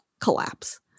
collapse